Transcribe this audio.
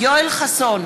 יואל חסון,